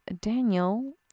Daniel